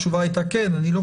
התשובה הייתה כן, אני לא קבעתי.